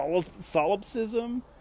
solipsism